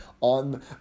on